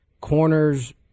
corners